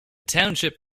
township